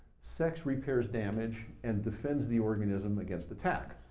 sex repairs damage and defends the organism against attack.